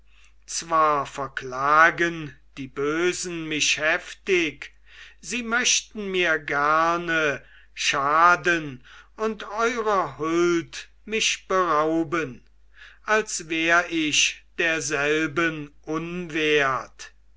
zwar verklagen die bösen mich heftig sie möchten mir gerne schaden und eurer huld mich berauben als wär ich derselben unwert